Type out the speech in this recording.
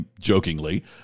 jokingly